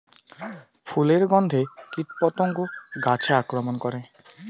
ফুলের গণ্ধে কীটপতঙ্গ গাছে আক্রমণ করে?